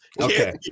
Okay